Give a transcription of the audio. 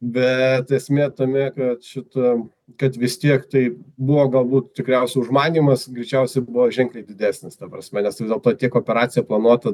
bet esmė tame kad šito kad vis tiek tai buvo galbūt tikriausia užmanymas greičiausiai buvo ženkliai didesnis ta prasme nes vis dėlto tiek operacija planuota